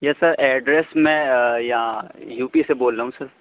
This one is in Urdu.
یس سر ایڈریس میں یہاں یو پی سے بول رہا ہوں سر